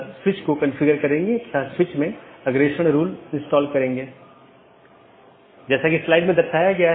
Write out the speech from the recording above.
BGP चयन एक महत्वपूर्ण चीज है BGP एक पाथ वेक्टर प्रोटोकॉल है जैसा हमने चर्चा की